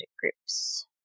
groups